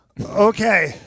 Okay